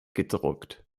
gedruckt